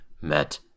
met